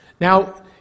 Now